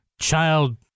child